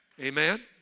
Amen